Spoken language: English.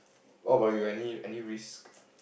what about you any any risk